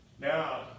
Now